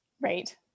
Right